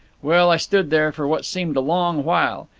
well, i stood there for what seemed a long while.